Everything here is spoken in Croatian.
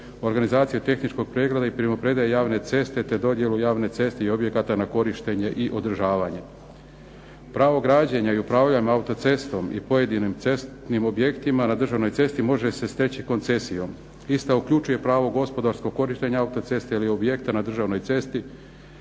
organizacija tehničkog pregleda i primopredaja javne ceste te dodjelu javnoj cesti i objekata na korištenje i održavanje. Pravo građenja i upravljanje autocestom i pojedinim cestovnim objektima na državnoj cesti može se steći koncesijom. Ista uključuje pravo gospodarskog korištenja autoceste ili objekta na državnoj cesti,